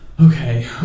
Okay